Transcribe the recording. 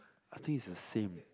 I think it's the same